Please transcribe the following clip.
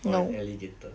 or an alligator